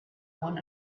one